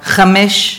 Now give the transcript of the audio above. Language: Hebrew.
חמש,